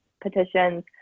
petitions